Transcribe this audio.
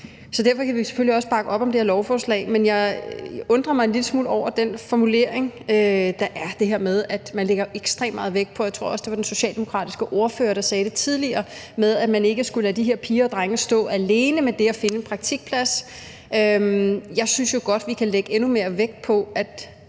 Derfor kan vi selvfølgelig også bakke op om det her lovforslag, men jeg undrer mig en lille smule over den formulering, der er, altså det her med, at man lægger ekstremt meget vægt på – jeg tror, det var den socialdemokratiske ordfører, der sagde det tidligere – at man ikke skal lade de her piger og drenge stå alene med det at finde en praktikplads. Jeg synes jo godt, at vi kan lægge endnu mere vægt på, at